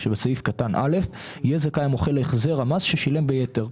שבסעיף קטן (א) יהיה זכאי המוכר להחזר המס ששילם ביתר,